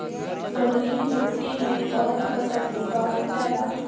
बलुई मिट्टी में कवन फसल उगावल जाला?